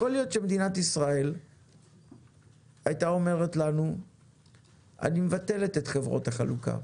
יכול להיות שמדינת ישראל הייתה אומרת לנו "אני מבטלת את חברות החלוקה,